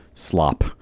slop